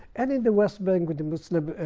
and in the west bank with the muslim